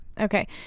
Okay